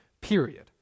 period